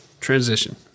transition